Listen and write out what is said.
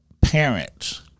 parents